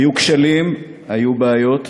היו כשלים, היו בעיות.